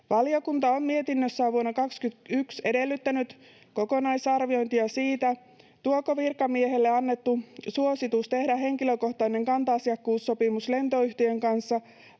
Valiokunta on mietinnössään vuonna 21 edellyttänyt kokonaisarviointia siitä, tuoko virkamiehelle annettu suositus tehdä henkilökohtainen kanta-asiakkuussopimus lentoyhtiön kanssa